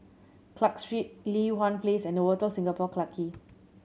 Clarke Street Li Hwan Place and Novotel Singapore Clarke Quay